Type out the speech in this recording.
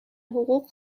حقوق